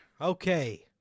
Okay